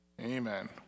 Amen